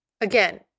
again